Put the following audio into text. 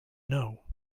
know